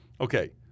Okay